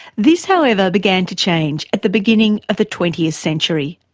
this, however, began to change at the beginning of the twentieth century,